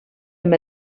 amb